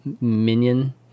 minion